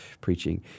preaching